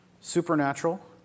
Supernatural